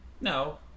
No